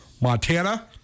Montana